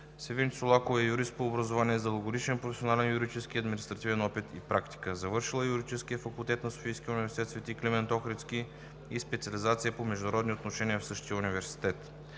Севинч Солакова е юрист по образование с дългогодишен юридически и административен опит и практика. Завършила е Юридическия факултет на Софийския университет „Св. Климент Охридски“ и специализация по международни отношения в същия университет.